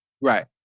Right